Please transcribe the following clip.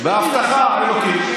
בהבטחה האלוקית.